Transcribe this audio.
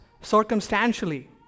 circumstantially